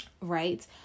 Right